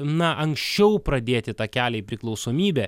na anksčiau pradėti tą kelią į priklausomybę